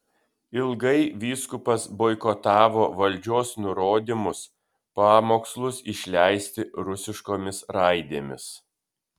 ilgai vyskupas boikotavo valdžios nurodymus pamokslus išleisti rusiškomis raidėmis